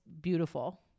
beautiful